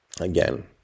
Again